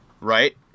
right